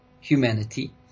humanity